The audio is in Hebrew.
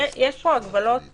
יש פה הגבלות